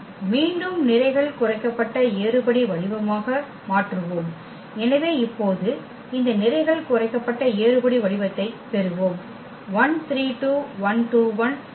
மீண்டும் நிரைகள் குறைக்கப்பட்ட ஏறுபடி வடிவமாக மாற்றுவோம் எனவே இப்போது இந்த நிரைகள் குறைக்கப்பட்ட ஏறுபடி வடிவத்தைப் பெறுவோம்